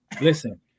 Listen